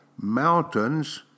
mountains